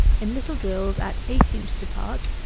in little drills at eight inches apart,